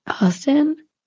Austin